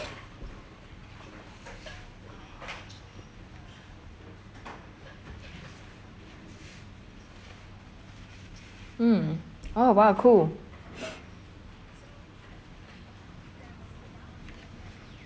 mm oh !wow! cool